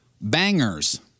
Bangers